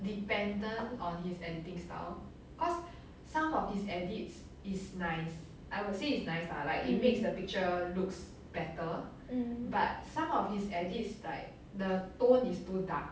mm mm